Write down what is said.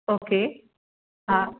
okay